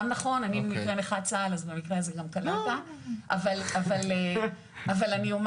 אבל אני אומר